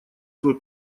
свой